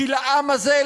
כי לעם הזה,